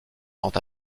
quant